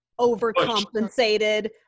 overcompensated